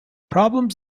problems